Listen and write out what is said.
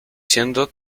siendo